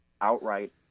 outright